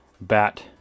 BAT